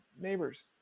neighbors